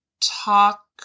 talk